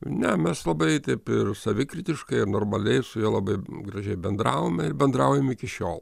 ne mes labai taip ir savikritiškai normaliai su juo labai gražiai bendravome ir bendraujam iki šiol